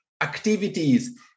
activities